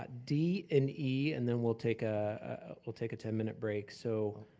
but d and e and then we'll take ah we'll take a ten minute break. so,